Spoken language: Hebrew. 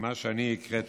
ממה שאני הקראתי,